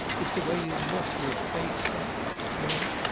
it's the way you look. your face sets. well?